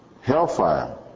hellfire